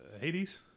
Hades